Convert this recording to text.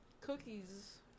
cookies